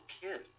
kid